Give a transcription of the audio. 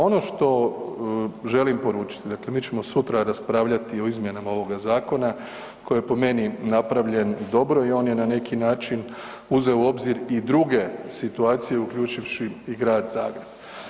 Ono što želim poručiti, dakle mi ćemo sutra raspravljati o izmjenama ovoga zakona koji po meni napravljen dobro i on je na neki način uzeo u obzir i druge situacije uključivši i Grad Zagreb.